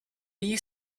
you